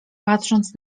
patrząc